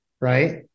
Right